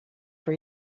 for